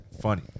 funny